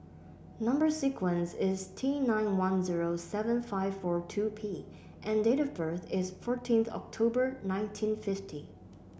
number sequence is T nine one zero seven five four two P and date of birth is fourteenth October nineteen fifty